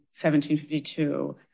1752